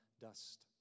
dust